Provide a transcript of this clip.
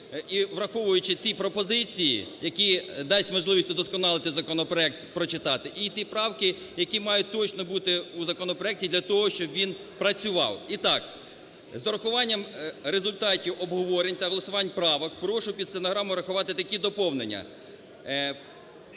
і, враховуючи ті пропозиції, які дадуть можливість удосконалити законопроект прочитати, і ті правки, які мають точно бути в законопроекті для того, щоб він працював. І так, з урахуванням результатів обговорень та голосувань правок прошу під стенограму врахувати такі доповнення: